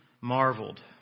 marveled